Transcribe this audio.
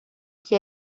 que